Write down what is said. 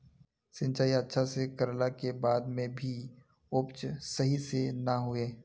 सिंचाई अच्छा से कर ला के बाद में भी उपज सही से ना होय?